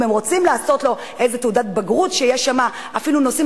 אם רוצים לעשות לו איזה תעודת בגרות שיש שם איזה נושאים,